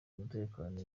umutekano